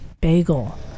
bagel